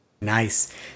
Nice